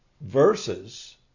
verses